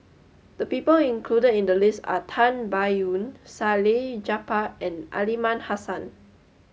the people included in the list are Tan Biyun Salleh Japar and Aliman Hassan